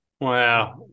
Wow